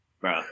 Bro